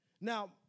now